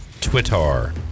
Twitter